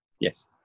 yes